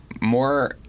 more